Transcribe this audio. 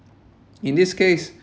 in this case